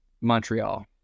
Montreal